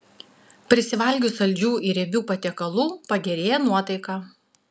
prisivalgius saldžių ir riebių patiekalų pagerėja nuotaika